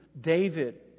David